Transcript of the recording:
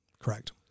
Correct